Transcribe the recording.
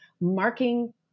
marking